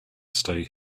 stay